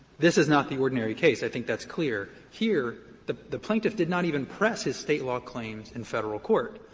this is not the ordinary case. i think that's clear. here the the plaintiff did not even press his state law claims in federal court.